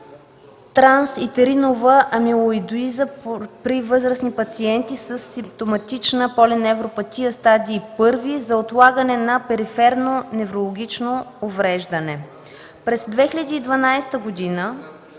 транситеринова амилоидоиза при възрастни пациенти със симптоматична полиневропатия стадий първи за отлагане на периферно неврологично увреждане. През 2012 г.